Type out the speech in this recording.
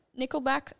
Nickelback